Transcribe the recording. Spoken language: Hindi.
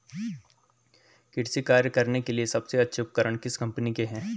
कृषि कार्य करने के लिए सबसे अच्छे उपकरण किस कंपनी के हैं?